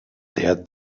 der